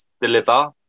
deliver